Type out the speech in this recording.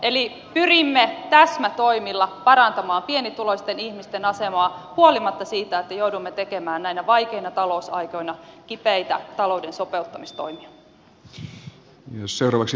eli pyrimme täsmätoimilla parantamaan pienituloisten ihmisten asemaa huolimatta siitä että joudumme tekemään näinä vaikeina talousaikoina kipeitä talouden sopeuttamistoimia